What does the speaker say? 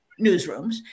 newsrooms